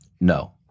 no